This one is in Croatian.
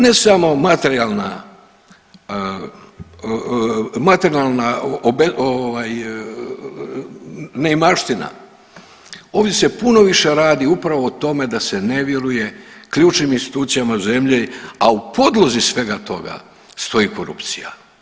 Ne samo materijalna neimaština, ovdje se puno više radi upravo o tome da se ne vjeruje ključnim institucijama zemlje, a u podlozi svega toga stoji korupcija.